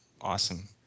awesome